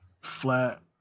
flat